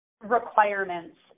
requirements